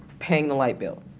paying the light bill.